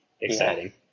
exciting